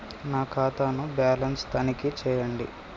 నా ఖాతా ను బ్యాలన్స్ తనిఖీ చేయండి?